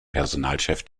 personalchef